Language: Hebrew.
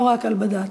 לא רק על בד"ץ.